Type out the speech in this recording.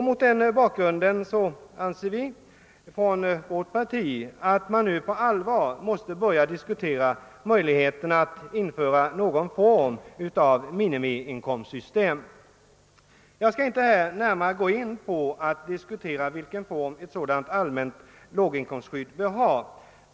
Mot den bakgrunden anser vi i vårt parti att man nu på allvar måste börja diskutera införandet av någon form av minimiinkomstsystem. Jag skall här inte närmare ingå på vilken form ett sådant allmänt låginkomstskydd bör ha.